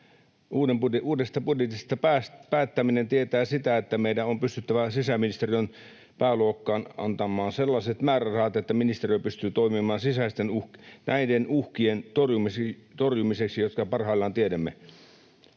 Uudesta budjetista päättäminen tietää sitä, että meidän on pystyttävä sisäministeriön pääluokkaan antamaan sellaiset määrärahat, että ministeriö pystyy toimimaan näiden uhkien torjumiseksi, jotka parhaillaan tiedämme.